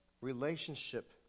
relationship